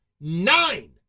Nine